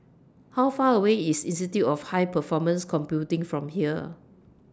How Far away IS Institute of High Performance Computing from here